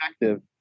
effective